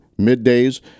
Middays